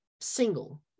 single